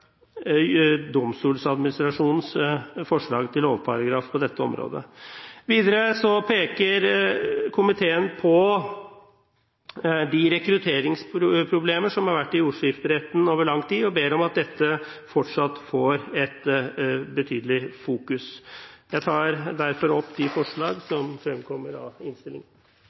Domstoladministrasjonens forslag til lovparagraf på dette området. Videre peker komiteen på de rekrutteringsproblemer som har vært i jordskifteretten over lang tid, og ber om at man fortsatt har et betydelig fokus på dette. Jeg tar derfor opp forslaget som fremkommer av innstillingen.